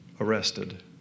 arrested